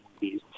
movies